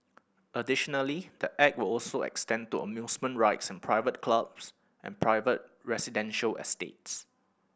additionally the Act will also extend to amusement rides in private clubs and private residential estates